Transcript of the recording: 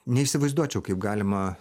neįsivaizduočiau kaip galima